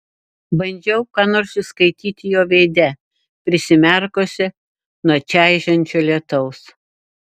bandžiau ką nors išskaityti jo veide prisimerkusi nuo čaižančio lietaus